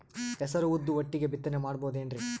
ಹೆಸರು ಉದ್ದು ಒಟ್ಟಿಗೆ ಬಿತ್ತನೆ ಮಾಡಬೋದೇನ್ರಿ?